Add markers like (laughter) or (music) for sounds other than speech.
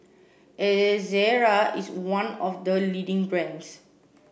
(unintelligible) Ezerra is one of the leading brands